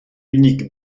unique